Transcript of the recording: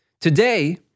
Today